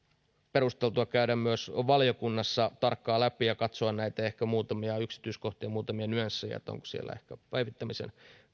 perusteltua käydä myös valiokunnassa tarkkaan läpi ja katsoa ehkä näitä muutamia yksityiskohtia muutamia nyansseja onko siellä ehkä päivittämisen